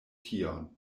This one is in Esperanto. tion